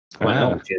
Wow